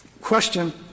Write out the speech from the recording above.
question